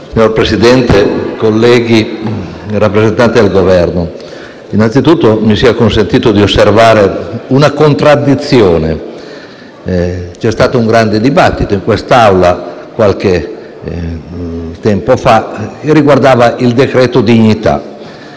Signor Presidente, colleghi, rappresentanti del Governo, innanzitutto mi sia consentito di osservare una contraddizione. C'è stato un grande dibattito in quest'Aula, qualche tempo fa, a proposito del decreto dignità.